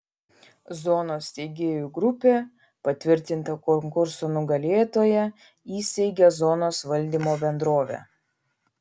zonos steigėjų grupė patvirtinta konkurso nugalėtoja įsteigia zonos valdymo bendrovę